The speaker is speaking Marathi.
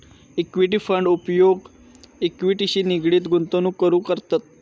इक्विटी फंड उपयोग इक्विटीशी निगडीत गुंतवणूक करूक करतत